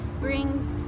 brings